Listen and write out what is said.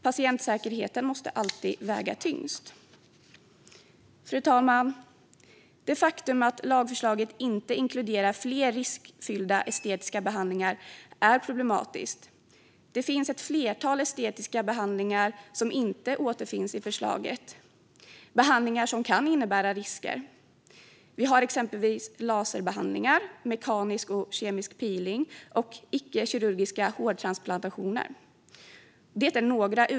Patientsäkerheten måste alltid väga tyngst. Fru talman! Det faktum att lagförslaget inte inkluderar fler riskfyllda estetiska behandlingar är problematiskt. Det finns ett flertal estetiska behandlingar som inte återfinns i förslaget, behandlingar som kan innebära risker. Några utvalda exempel är laserbehandlingar, mekanisk och kemisk peeling och icke kirurgiska hårtransplantationer.